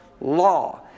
law